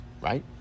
right